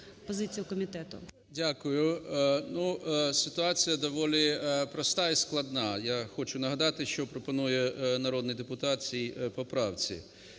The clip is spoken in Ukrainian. Дякую. Ситуація доволі проста і складна. Я хочу нагадати, що пропонує народний депутат в цій поправці.